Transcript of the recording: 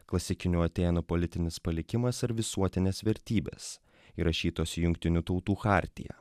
klasikinių atėnų politinis palikimas ar visuotinės vertybės įrašytos į jungtinių tautų chartiją